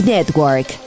Network